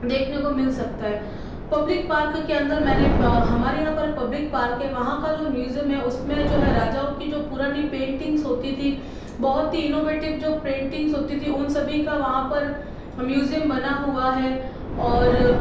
देखने को मिल सकता है पब्लिक पार्क के अंदर मैंने हमारे यहाँ पर पब्लिक पार्क है वहाँ का जो म्यूजियम पार्क है उसमें जो है राजाओं की जो पुरानी पेंटिंग्स होती थी बहुत ही इन्नोवेटिव जो पेंटिंग्स होती थी उन सभी का वहाँ पर म्यूजियम बना हुआ है और